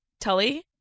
Tully